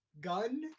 Gun